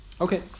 Okay